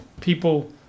people